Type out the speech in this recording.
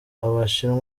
abashinwa